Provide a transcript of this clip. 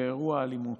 באירוע אלימות.